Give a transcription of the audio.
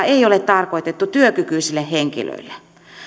ei ole tarkoitettu työkykyisille henkilöille